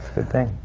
good thing.